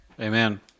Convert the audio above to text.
Amen